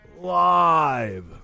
Live